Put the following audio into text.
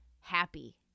happy